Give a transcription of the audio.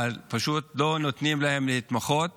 אבל פשוט לא נותנים להם להתמחות